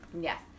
Yes